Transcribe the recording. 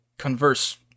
converse